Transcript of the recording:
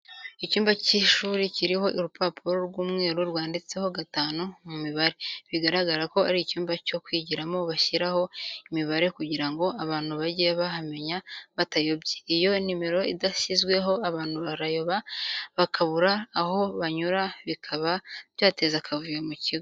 Icyumba cy'ishuri kiriho urupapuro rw'umweru rwanditseho gatanu mu mibare, bigaragara ko ari icyumba cyo kwigiramo bashyiraho imibare kugira ngo abantu bage bahamenya batayobye, iyo nimero idashyizweho abantu barayoba bakabura aho banyura, bikaba byateza akavuyo mu kigo.